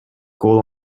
call